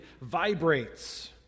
vibrates